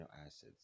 acids